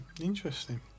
interesting